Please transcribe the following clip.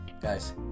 guys